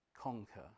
conquer